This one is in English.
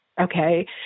okay